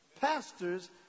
Pastors